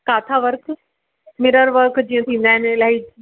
किथा work mirror work जीअं थींदा आहिनि इलाही